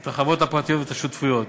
את החברות הפרטיות ואת השותפויות